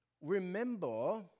Remember